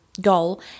goal